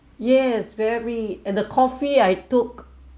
yes very and the coffee I took